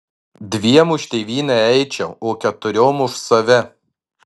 dviem už tėvynę eičiau o keturiom už save